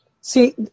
See